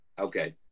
Okay